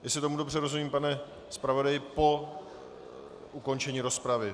Jestli tomu dobře rozumím, pane zpravodaji, po ukončení rozpravy?